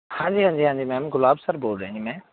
ਹਾਂਜੀ ਹਾਂਜੀ ਹਾਂਜੀ ਮੈਮ ਗੁਰਲਾਬ ਸਰ ਬੋਲ ਰਿਹਾ ਜੀ ਮੈਂ